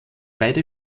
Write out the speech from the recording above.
beide